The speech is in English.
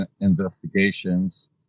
investigations